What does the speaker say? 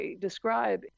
describe